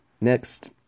Next